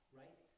right